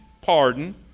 pardon